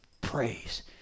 Praise